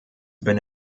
been